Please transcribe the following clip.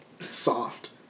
Soft